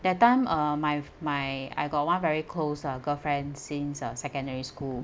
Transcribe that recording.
that time uh my my I got one very close uh girlfriend since uh secondary school